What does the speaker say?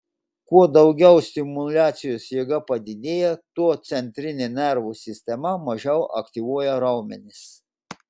kuo daugiau stimuliacijos jėga padidėja tuo centrinė nervų sistema mažiau aktyvuoja raumenis